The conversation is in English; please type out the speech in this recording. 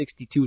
62